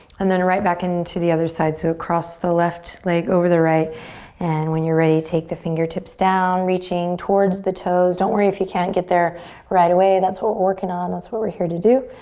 and then right back into the other side so cross the left leg over the right and when you're ready take the fingertips down reaching towards the toes. don't worry if you can't get there right away. that's what we're working on. that's what we're here to do.